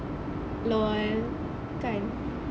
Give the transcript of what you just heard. LOL kan